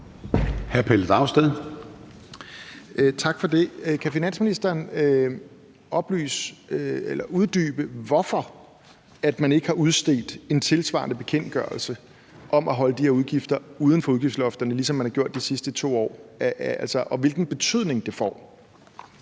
Kan finansministeren oplyse eller uddybe, hvorfor man ikke har udstedt en tilsvarende bekendtgørelse om at holde de her udgifter uden for udgiftslofterne, ligesom man har gjort det de sidste 2 år, og hvilken betydning det får?